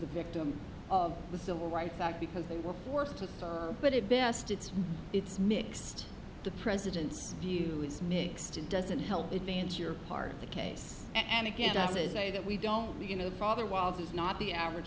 the victim of the civil rights act because they were forced to put it best it's it's mixed the president's view is mixed and doesn't help advance your part of the case and again i say that we don't you know the father while he's not the average